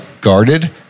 guarded